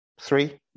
Three